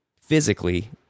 physically